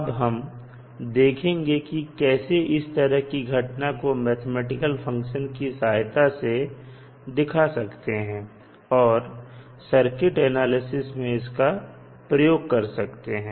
अब हम देखेंगे कि कैसे इस तरह की घटना को मैथमेटिकल फंक्शन की सहायता से दिखा सकते हैं और सर्किट एनालिसिस में इसका प्रयोग कर सकते हैं